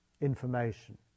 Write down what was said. information